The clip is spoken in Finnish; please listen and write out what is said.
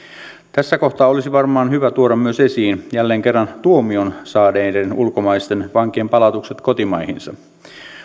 tässä kohtaa olisi varmaan hyvä tuoda esiin jälleen kerran myös tuomion saaneiden ulkomaisten vankien palautukset kotimaihinsa